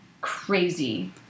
crazy